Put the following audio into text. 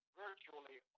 virtually